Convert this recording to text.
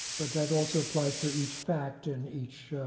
but that also applies for each fact and each